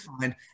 find